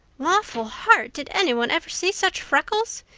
lawful heart, did any one ever see such freckles?